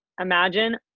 imagine